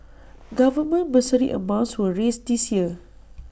government bursary amounts were raised this year